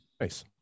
Nice